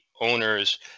owner's